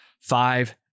five